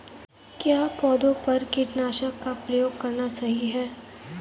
क्या पौधों पर कीटनाशक का उपयोग करना सही है?